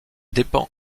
dépend